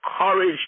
courage